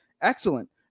Excellent